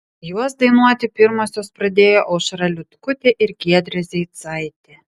juos dainuoti pirmosios pradėjo aušra liutkutė ir giedrė zeicaitė